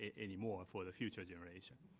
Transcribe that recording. ah anymore for the future generation.